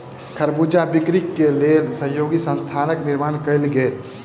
खरबूजा बिक्री के लेल सहयोगी संस्थानक निर्माण कयल गेल